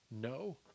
no